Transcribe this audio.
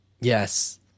Yes